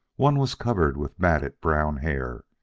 one was covered with matted, brown hair.